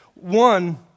One